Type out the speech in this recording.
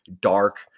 dark